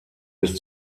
bis